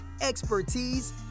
expertise